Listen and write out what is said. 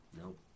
Nope